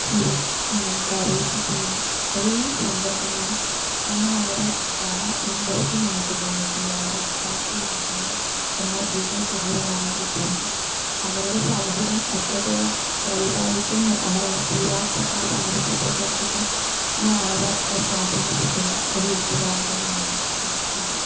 ചിരിപ്പിക്കുന്നതും കരയിപ്പിക്കുന്നതും എല്ലാ സന്ദർഭങ്ങളും എന്നെ വളരെ ഇൻട്രസ്റ്റിങ്ങായിട്ട് തോന്നിയിട്ടുണ്ട് വളരെ അട്ട്രാക്റ്റ് ചെയ്തിട്ടുണ്ട് ഇപ്പം മജീദും സുഹറയാണെങ്കിൽ തന്നെ അവരുടെ സൗഹൃദം എത്രത്തോളം വലുതായിട്ടും തീരാത്ത ആ സൗഹൃദത്തെക്കുറിച്ചൊക്കെ എന്നെ വളരെ സ്വാധീനിച്ചിട്ടുള്ള ഒരു എഴുത്ത്കാരൻ തന്നെയാണ് ബഷീറ്